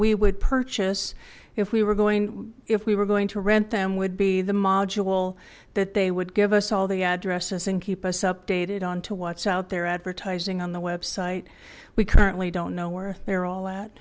we would purchase if we were going if we were going to rent them would be the module that they would give us all the addresses and keep us updated on to what's out there advertising on the website we currently don't know where they're all that